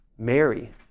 Mary